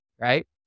right